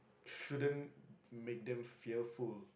shouldn't make them fearful